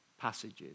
passages